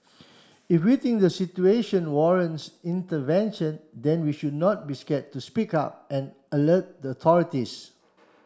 if we think the situation warrants intervention then we should not be scared to speak up and alert the authorities